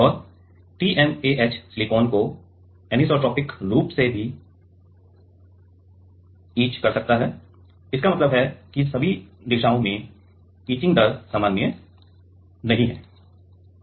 और TMAH silicon को anisotropic रूप से भी इचस है इसका मतलब है सभी दिशाओं में इचिंग दर समान नहीं है